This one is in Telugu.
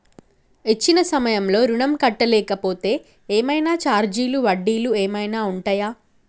ఇచ్చిన సమయంలో ఋణం కట్టలేకపోతే ఏమైనా ఛార్జీలు వడ్డీలు ఏమైనా ఉంటయా?